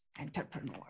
entrepreneur